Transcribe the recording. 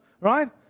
right